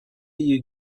you